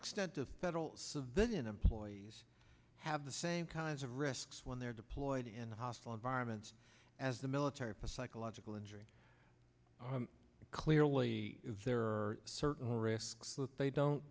extent the federal civilian employees have the same kinds of risks when they're deployed in hostile environments as the military for psychological injury clearly there are certain risks that they don't